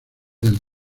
del